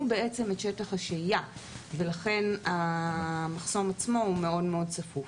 את שטח השהייה ולכן המחסום עצמו הוא מאוד-מאוד צפוף.